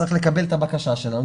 צריך לקבל את הבקשה שלנו,